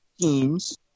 teams